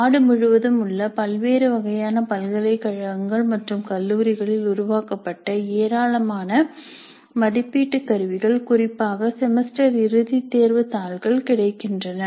நாடு முழுவதும் உள்ள பல்வேறு வகையான பல்கலைக்கழகங்கள் மற்றும் கல்லூரிகளில் உருவாக்கப்பட்ட ஏராளமான மதிப்பீட்டுக் கருவிகள் குறிப்பாக செமஸ்டர் இறுதி தேர்வு தாள்கள் கிடைக்கின்றன